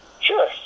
Sure